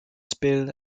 spill